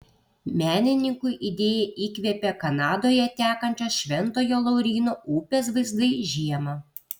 menininkui idėją įkvėpė kanadoje tekančios šventojo lauryno upės vaizdai žiemą